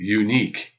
unique